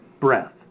Breath